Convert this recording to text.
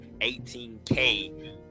18k